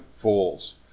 fools